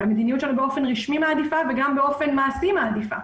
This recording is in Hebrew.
והמדיניות שלנו באופן רשמי מעדיפה וגם באופן מעשי מעדיפה,